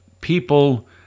people